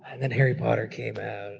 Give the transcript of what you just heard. and then harry potter came out